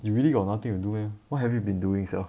you really got nothing to do then what have you been doing sia